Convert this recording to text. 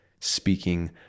speaking